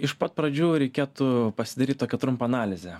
iš pat pradžių reikėtų pasidaryt tokią trumpą analizę